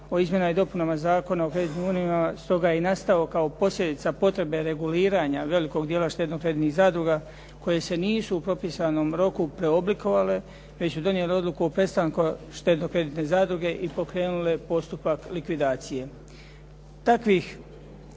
o Izmjenama i dopunama Zakona o kreditnim unijama stoga je i nastao kao posljedica potrebe reguliranja velikog dijela štedno-kreditnih zadruga koje se nisu u propisanom roku preoblikovale, već su donijele odluku o prestanku štedno-kreditne zadruge i pokrenule postupak likvidacije. Takvih